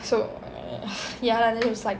so err ya lah then she was like